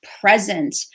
present